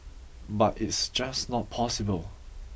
but it's just not possible